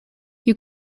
you